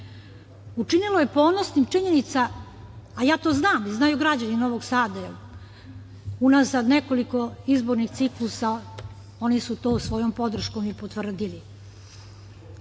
učinilo je ponosnim činjenica, a ja to znam, a znaju i građani Novog Sada, unazad nekoliko izbornih ciklusa, oni su to svojom podrškom i potvrdili.